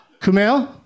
Kumail